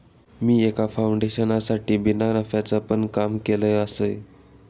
मी एका फाउंडेशनसाठी बिना नफ्याचा पण काम केलय आसय